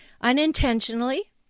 unintentionally